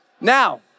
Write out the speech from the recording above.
Now